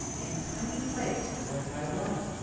in tiny flakes, one by one.